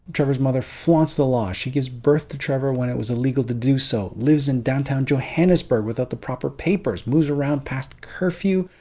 trevor's mother flaunts the law. she gives birth to trevor when it was illegal to do so, lives in downtown johannesburg without the proper papers, moves around past curfew,